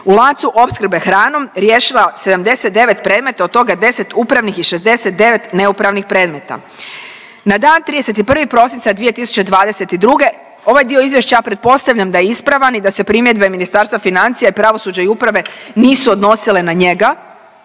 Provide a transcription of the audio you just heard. u lancu opskrbe hranom riješila 79 predmeta od toga 10 upravnih i 69 neupravnih predmeta. Na dan 31. prosinca 2022. ovaj dio izvješća ja pretpostavljam da je ispravan i da se primjedbe Ministarstva financija i pravosuđa i uprave nisu odnosile na njega,